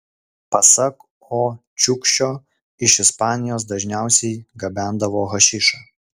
pasak o čiukšio iš ispanijos dažniausiai gabendavo hašišą